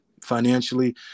financially